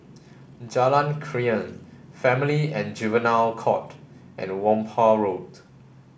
Jalan Krian Family and Juvenile Court and Whampoa Road